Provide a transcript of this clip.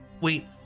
Wait